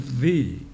thee